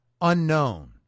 unknown